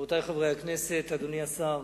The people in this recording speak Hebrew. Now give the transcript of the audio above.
רבותי חברי הכנסת, אדוני השר,